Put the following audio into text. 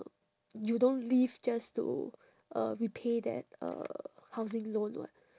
you don't live just to uh repay that uh housing loan what